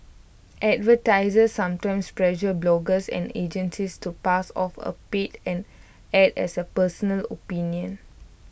advertisers sometimes pressure bloggers and agencies to pass off A paid an Ad as personal opinion